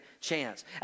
chance